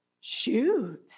shoot